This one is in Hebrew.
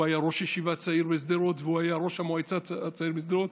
הוא היה ראש ישיבה צעיר בשדרות והוא היה ראש המועצה הצעיר בשדרות,